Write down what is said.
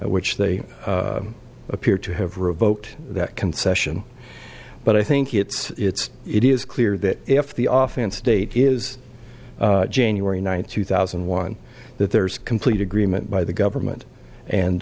which they appear to have revoked that concession but i think it's it is clear that if the often state is january ninth two thousand and one that there is complete agreement by the government and